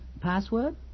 Password